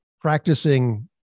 practicing